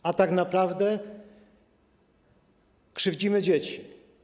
A więc tak naprawdę krzywdzimy dzieci.